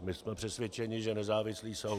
My jsme přesvědčeni, že nezávislý soud.